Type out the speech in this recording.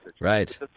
Right